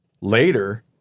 Later